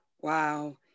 Wow